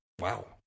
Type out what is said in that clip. Wow